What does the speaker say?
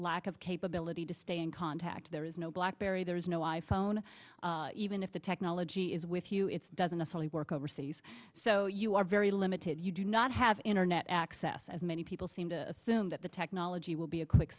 lack of capability to stay in contact there is no blackberry there is no i phone even if the technology is with you it's doesn't officially work overseas so you are very limited you do not have internet access as many people seem to assume that the technology will be a quick